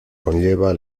conlleva